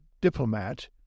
diplomat